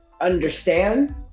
understand